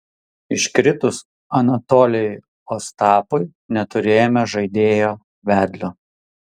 iškritus anatolijui ostapui neturėjome žaidėjo vedlio